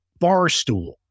Barstool